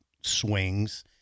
swings